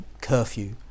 curfew